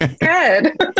Good